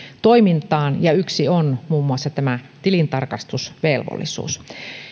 toimintaan ja yksi on muun muassa tämä tilintarkastusvelvollisuus